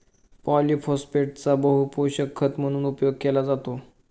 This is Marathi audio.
पॉलिफोस्फेटचा बहुपोषक खत म्हणून उपयोग केला जातो